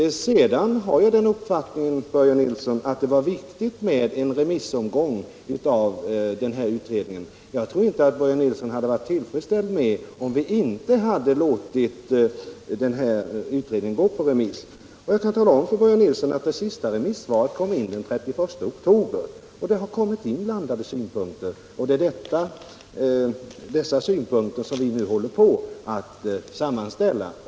Jag har den uppfattningen, Börje Nilsson, att det var viktigt med en remissomgång av utredningen. Jag tror inte att Börje Nilsson hade varit nöjd med förhållandena, om vi inte låtit utredningen gå ut på remiss. Jag kan tala om att det sista remissvaret kom in den 31 oktober. Det har kommit in blandade synpunkter. Det är dessa vi nu håller på att sammanställa.